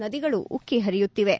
ನದಿಗಳು ಉಕ್ಕಿ ಹರಿಯುತ್ತಿವೆ